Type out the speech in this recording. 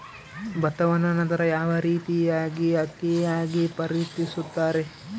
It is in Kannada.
ಭತ್ತವನ್ನ ನಂತರ ಯಾವ ರೇತಿಯಾಗಿ ಅಕ್ಕಿಯಾಗಿ ಪರಿವರ್ತಿಸುತ್ತಾರೆ?